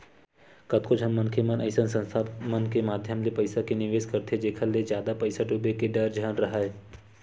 कतको झन मनखे मन अइसन संस्था मन के माधियम ले पइसा के निवेस करथे जेखर ले जादा पइसा डूबे के डर झन राहय